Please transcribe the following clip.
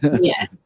Yes